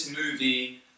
movie